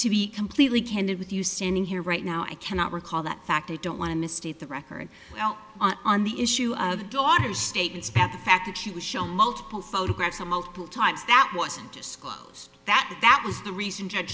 to be completely candid with you standing here right now i cannot recall that fact they don't want to misstate the record on the issue of the daughter state it's about the fact that she was shown multiple photographs and multiple times that wasn't disclosed that that was the reason judge